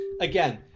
again—